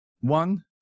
One